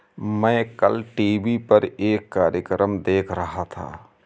मैं कल टीवी पर एक कार्यक्रम देख रहा था